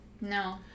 No